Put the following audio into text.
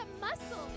muscle